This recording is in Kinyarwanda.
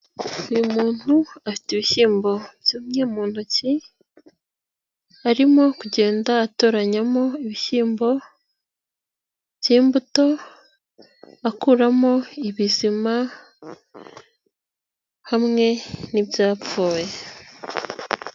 Uyu muntu afite ibishyimbo byumye mu ntoki, arimo kugenda atoranyamo ibishyimbo by'imbuto, akuramo ibizima hamwe n'ibyapfuye.